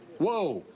whoa!